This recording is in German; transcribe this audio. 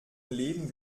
läden